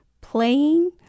playing